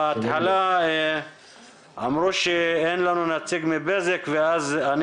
בהתחלה אמרו שאין לנו נציג מבזק ואז אני